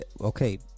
Okay